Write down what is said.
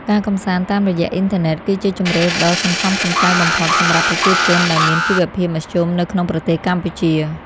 ការកម្សាន្តតាមរយៈអ៊ីនធឺណិតគឺជាជម្រើសដ៏សន្សំសំចៃបំផុតសម្រាប់ប្រជាជនដែលមានជីវភាពមធ្យមនៅក្នុងប្រទេសកម្ពុជា។